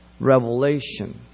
revelation